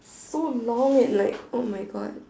so long and like oh my God